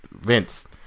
Vince